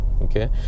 Okay